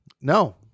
No